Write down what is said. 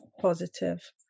positive